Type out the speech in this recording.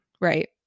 Right